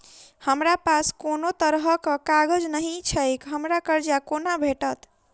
हमरा पास कोनो तरहक कागज नहि छैक हमरा कर्जा कोना भेटत?